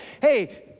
hey